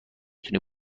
تونی